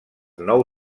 nou